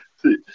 See